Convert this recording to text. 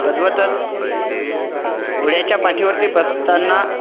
तद्वतच घोड्याच्या पाठीवरती बसताना